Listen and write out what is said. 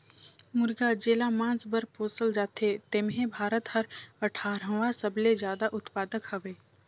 मुरगा जेला मांस बर पोसल जाथे तेम्हे भारत हर अठारहवां सबले जादा उत्पादक हवे